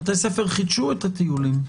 בתי ספר חידשו את הטיולים.